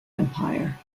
empire